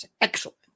Excellent